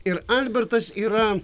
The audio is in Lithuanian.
ir albertas yra